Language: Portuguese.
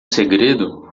segredo